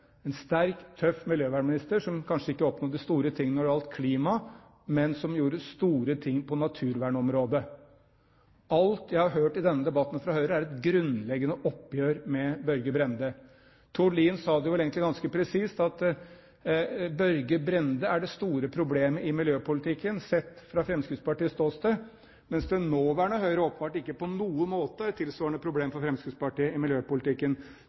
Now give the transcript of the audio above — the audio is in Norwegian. en sterk, tøff miljøvernminister som kanskje ikke oppnådde de store tingene når det gjaldt klima, men som gjorde store ting på naturvernområdet. Alt jeg har hørt i denne debatten fra Høyre, er et grunnleggende oppgjør med Børge Brende. Tord Lien sa det vel ganske presist, at Børge Brende er det store problemet i miljøpolitikken sett fra Fremskrittspartiets ståsted, mens det nåværende Høyre ikke på noen måte er et tilsvarende problem for Fremskrittspartiet i miljøpolitikken.